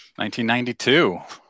1992